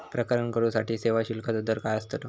प्रकरण करूसाठी सेवा शुल्काचो दर काय अस्तलो?